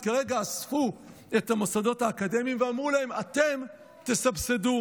אז כרגע אספו את המוסדות האקדמיים ואמרו להם: אתם תסבסדו,